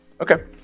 Okay